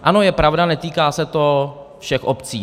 Ano, je pravda, netýká se to všech obcí.